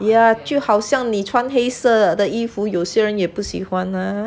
yeah 就好像你穿黑色的衣服有些人也不喜欢啊